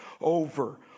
over